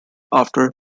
after